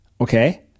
Okay